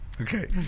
Okay